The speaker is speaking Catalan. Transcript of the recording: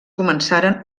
començaren